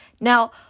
Now